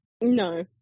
No